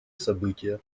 события